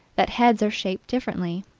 that heads are shaped differently,